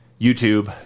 YouTube